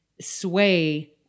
sway